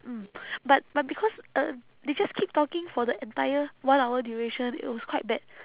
mm but but because uh they just keep talking for the entire one hour duration it was quite bad